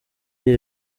kiri